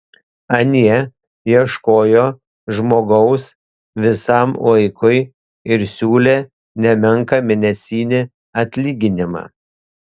anie ieškojo žmogaus visam laikui ir siūlė nemenką mėnesinį atlyginimą